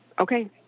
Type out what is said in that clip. Okay